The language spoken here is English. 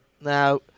now